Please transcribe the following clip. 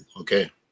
Okay